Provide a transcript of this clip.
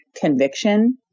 conviction